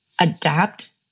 adapt